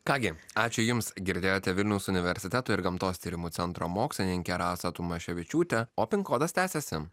ką gi ačiū jums girdėjote vilniaus universiteto ir gamtos tyrimų centro mokslininkė rasą tumaševičiūtę o pinkodas tęsiasi